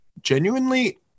genuinely